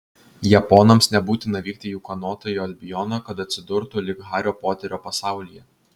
japonams nebūtina vykti į ūkanotąjį albioną kad atsidurtų lyg hario poterio pasaulyje